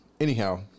Anyhow